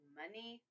money